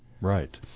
Right